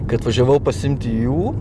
kai atvažiavau pasiimti jų